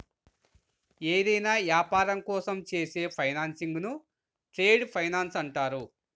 ఏదైనా యాపారం కోసం చేసే ఫైనాన్సింగ్ను ట్రేడ్ ఫైనాన్స్ అంటారు